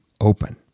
open